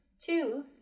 two